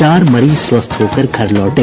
चार मरीज स्वस्थ होकर घर लौटे